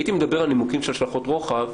הייתי מדבר על נימוקים של השלכות רוחב